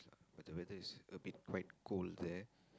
the weather is a bit quite cold there